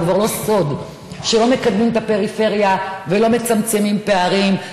כבר לא סוד שלא מקדמים את הפריפריה ולא מצמצמים פערים.